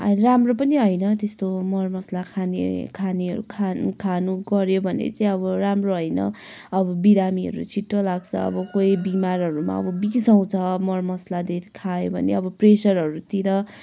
राम्रो पनि होइन त्यस्तो मरमसला खाने खानेहरू खा खानु गऱ्यो भने चाहिँ अब राम्रो होइन अब बिरामीहरू छिट्टो लाग्छ अब कोही बिमारहरूमा अब बिसाउँछ मरमसला धेरै खायो भने अब प्रेसरहरूतिर